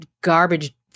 garbage